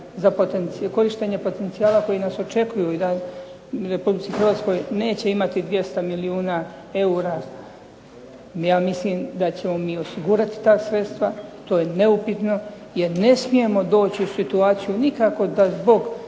za korištenje potencijala koji nas očekuju u RH, neće imati 200 milijuna eura. Ja mislim da ćemo mi osigurati ta sredstva, to je neupitno jer ne smijemo doći u situaciju nikako da zbog